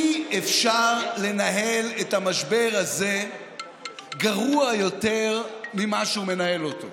אי-אפשר לנהל את המשבר הזה גרוע יותר ממה שהוא מנהל אותו.